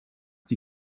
die